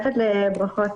בוקר טוב.